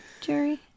Jerry